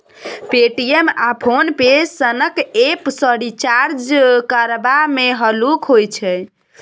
Paytm आ PhonePe सनक app सँ रिचार्ज करबा मे हल्लुक होइ छै